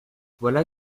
voilà